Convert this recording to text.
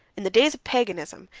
in the days of paganism,